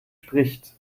spricht